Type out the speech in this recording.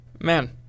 man